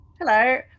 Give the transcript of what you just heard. Hello